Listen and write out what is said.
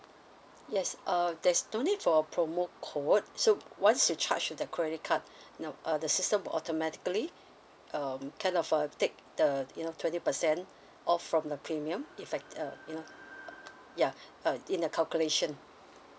yes uh there's no need for promo code so once you charge the credit card now uh the system will automatically um kind of uh take the you know twenty percent off from the premium effects uh you know ya uh in a calculation